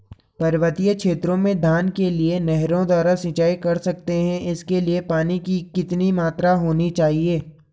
पर्वतीय क्षेत्रों में धान के लिए नहरों द्वारा सिंचाई कर सकते हैं इसके लिए पानी की कितनी मात्रा होनी चाहिए?